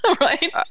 right